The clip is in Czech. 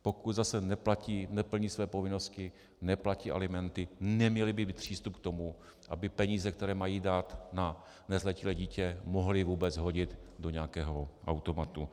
Pokud neplní svoje povinnosti, neplatí alimenty, neměli by mít přístup k tomu, aby peníze, které mají dát na nezletilé dítě, mohli vůbec hodit do nějakého automatu.